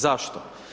Zašto?